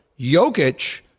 Jokic